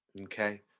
Okay